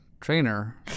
trainer